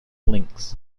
links